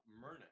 Myrna